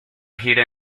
gira